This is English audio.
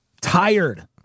Tired